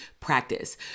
practice